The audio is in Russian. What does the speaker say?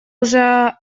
уже